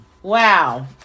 Wow